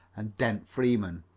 and dent freeman,